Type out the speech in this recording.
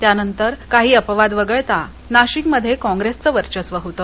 त्यानंतर काही अपवाद वगळता नाशिकमध्ये काँप्रेसचं वर्चस्व होतं